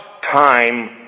time